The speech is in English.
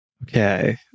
Okay